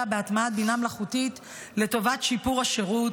בהטמעת בינה מלאכותית לטובת שיפור השירות,